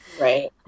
right